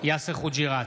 יאסר חוג'יראת,